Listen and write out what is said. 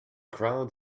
crowd